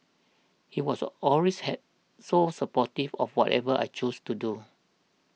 he was always had so supportive of whatever I chose to do